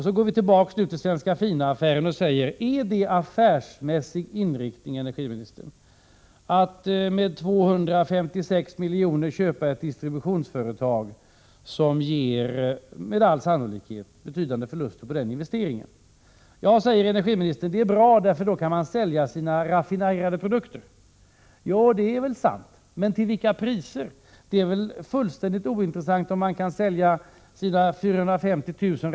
Så går vi tillbaka till Svenska Fina-affären: Är det affärsmässig inriktning, energiministern, att med 256 milj.kr. köpa ett distributionsföretag som med all sannolikhet ger betydande förluster på den investeringen? Ja, säger energiministern, det är bra, för då kan man sälja sina raffinerade produkter. Det är väl sant — men till vilket pris? Det är fullständigt ointressant om man kan sälja sina 450 000 m?